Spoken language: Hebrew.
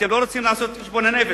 אתם לא רוצים לעשות את חשבון הנפש,